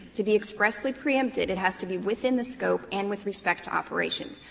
to be expressly preempted it has to be within the scope and with respect to operations.